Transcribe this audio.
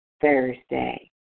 Thursday